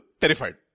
terrified